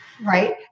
right